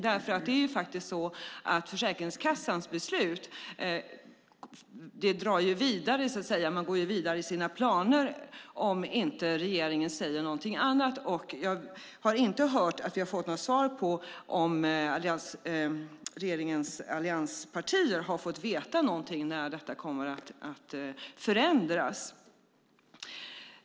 Det är ju faktiskt så att Försäkringskassan går vidare med sina planer om regeringen inte säger något annat. Och jag har inte hört något svar på om regeringens allianspartier har fått veta någonting om när förändringarna kommer.